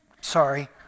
Sorry